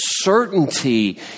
Certainty